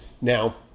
Now